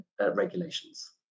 regulations